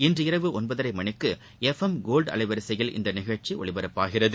இன்றிரவு ஒன்பதரை மணிக்கு எஃப் எம் கோல்டு அலைவரிசையில் இந்நிகழ்ச்சி ஒலிபரப்பாகிறது